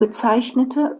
gezeichnete